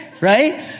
right